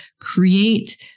create